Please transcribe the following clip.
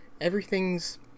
everything's